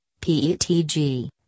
PETG